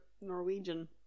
Norwegian